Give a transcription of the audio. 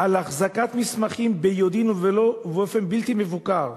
על החזקת מסמכים ביודעין ובאופן בלתי מבוקר,